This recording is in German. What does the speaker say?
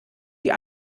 die